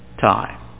time